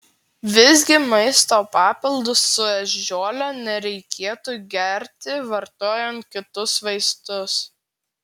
visgi maisto papildus su ežiuole nereikėtų gerti vartojant kitus vaistus